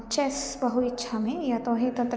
chess बहु इच्छामि यतो हि तत्र